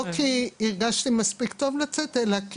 לא כי הרגשתי מספיק טוב לצאת אלא כי